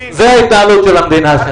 זאת התנהלותה מדינה.